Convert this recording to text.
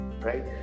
right